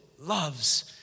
loves